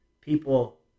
people